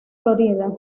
florida